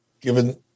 given